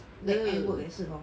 !woo!